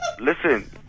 Listen